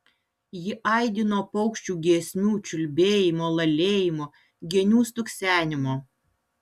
ji aidi nuo paukščių giesmių čiulbėjimo lalėjimo genių stuksenimo